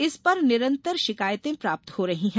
इस पर निरन्तर शिकायतें प्राप्त हो रही हैं